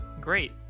Great